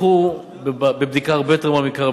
תלכו בבדיקה הרבה יותר מעמיקה,